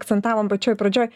akcentavom pačioj pradžioj